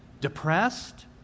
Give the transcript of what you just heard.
Depressed